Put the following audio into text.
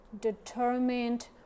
determined